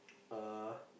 uh